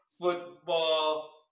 football